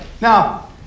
Now